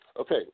Okay